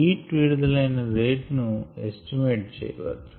heat విడుదలైన rate ను estimate చేయవచ్చు